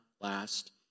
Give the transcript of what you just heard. last